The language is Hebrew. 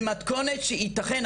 במתכונת שייתכן,